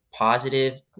positive